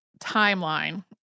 timeline